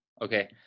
Okay